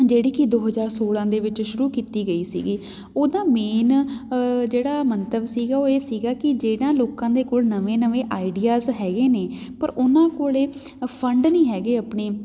ਜਿਹੜੀ ਕਿ ਦੋ ਹਜ਼ਾਰ ਸੋਲ੍ਹਾਂ ਦੇ ਵਿੱਚ ਸ਼ੁਰੂ ਕੀਤੀ ਗਈ ਸੀਗੀ ਉਹਦਾ ਮੇਨ ਜਿਹੜਾ ਮੰਤਵ ਸੀਗਾ ਉਹ ਇਹ ਸੀਗਾ ਕਿ ਜਿਹਨਾਂ ਲੋਕਾਂ ਦੇ ਕੋਲ ਨਵੇਂ ਨਵੇਂ ਆਈਡੀਆਜ ਹੈਗੇ ਨੇ ਪਰ ਉਹਨਾਂ ਕੋਲ ਫੰਡ ਨਹੀਂ ਹੈਗੇ ਆਪਣੇ